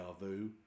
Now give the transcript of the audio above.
Vu